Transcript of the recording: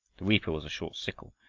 the reaper was a short sickle,